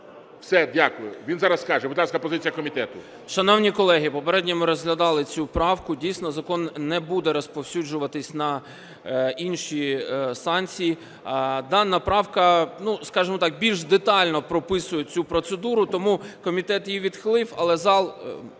Все. Дякую. Він зараз скаже. Будь ласка, позиція комітету. 11:42:00 ІОНУШАС С.К. Шановні колеги, попередньо ми розглядали цю правку, дійсно, закон не буде розповсюджуватись на інші санкції. Дана правка, скажемо так, більш детально прописує цю процедуру, тому комітет її відхилив, але зал…